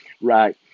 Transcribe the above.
right